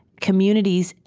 communities,